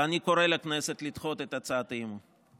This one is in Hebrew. ואני קורא לכנסת לדחות את הצעת האי-אמון.